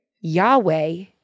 Yahweh